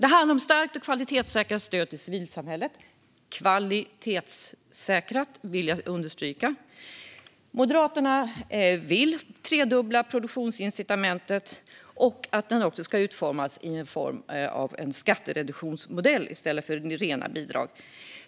Det handlar om ett starkt och kvalitetssäkrat stöd till civilsamhället. Kvalitetssäkrat, vill jag understryka. Moderaterna vill tredubbla produktionsincitamentet, och vi vill att den ska utformas som en skattereduktionsmodell i stället för bidrag.